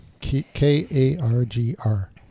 K-A-R-G-R